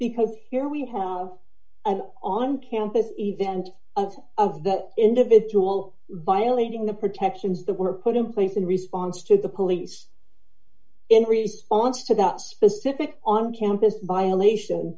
because here we have an on campus event and of that individual by leaving the protections that were put in place in response to the police in response to that specific on campus violation